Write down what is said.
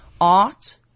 art